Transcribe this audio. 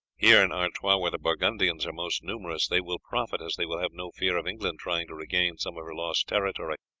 here, in artois, where the burgundians are most numerous, they will profit, as they will have no fear of england trying to regain some of her lost territory,